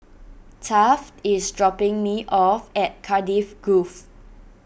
Taft is dropping me off at Cardiff Grove